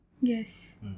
Yes